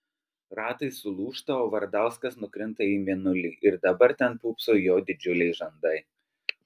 ratai sulūžta o vardauskas nukrinta į mėnulį ir dabar ten pūpso jo didžiuliai žandai